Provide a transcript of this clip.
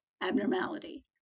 abnormality